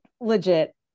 Legit